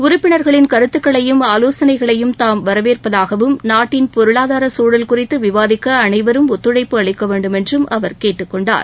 உறுப்பினர்களின் கருத்துக்களையும் ஆவோசனைகளையும் தாம் வரவேறபதாகவும் நாட்டின் பொருளாதார சூழல் குறித்து விவாதிக்க அனைவரும் ஒத்துழைப்பு அளிக்க வேண்டுமென்றும் அவர் கேட்டுக் கொண்டார்